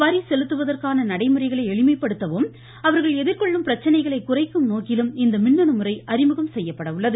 வரி செலுத்துவதற்கான நடைமுறைகளை எளிமைப்படுத்தவும் அவர்கள் எதிர்கொள்ளும் பிரச்சனைகளை குறைக்கும் நோக்கிலும் இந்த மின்னுமுறை அறிமுகம் செய்யப்படவுள்ளது